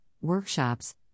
workshops